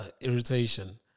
Irritation